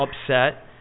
upset